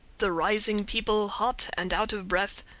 the rising people, hot and out of breath,